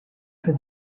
for